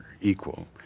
equal